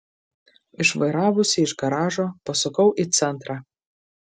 išvairavusi iš garažo pasukau į centrą